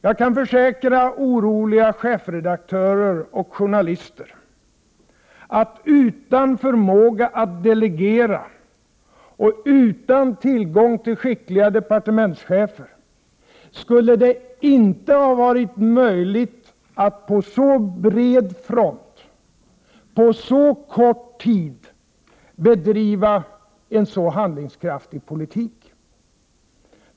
Jag kan försäkra oroliga chefredaktörer och journalister att utan förmåga att delegera och utan tillgång till skickliga departementschefer skulle det inte varit möjligt att på så bred front, på så kort tid, bedriva en så handlingskraftig politik.